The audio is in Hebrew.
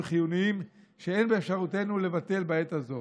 חיוניים שאין באפשרותנו לבטל בעת הזו.